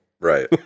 Right